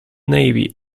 navy